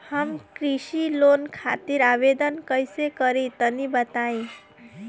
हम कृषि लोन खातिर आवेदन कइसे करि तनि बताई?